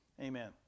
Amen